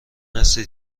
هستید